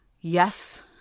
yes